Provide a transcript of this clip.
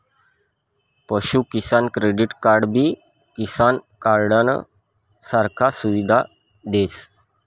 पशु किसान क्रेडिट कार्डबी किसान कार्डनं सारखा सुविधा देस